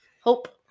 hope